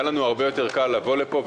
היה לנו הרבה יותר קל לבוא לפה,